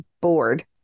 bored